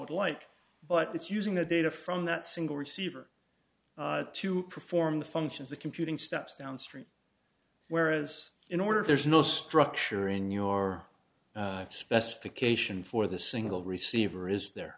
would like but it's using the data from that single receiver to perform the functions of computing steps downstream whereas in order there's no structure in your specification for the single receiver is there